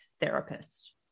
therapist